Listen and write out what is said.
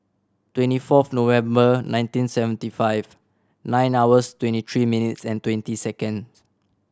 twenty fourth November nineteen seventy five nine hours twenty three minutes and twenty second